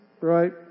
right